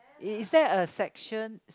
is there a sections